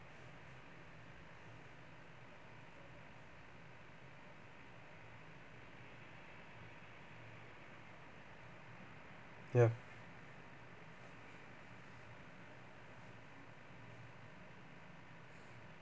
ya